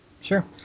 Sure